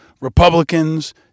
Republicans